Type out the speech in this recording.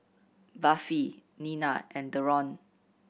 Buffy Nina and Deron